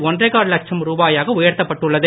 ஒன்றேகால் லட்சம் ரூபாயாக உயர்த்தப் பட்டுள்ளது